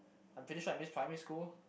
I'm pretty sure I miss primary school